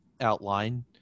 outline